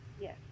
yes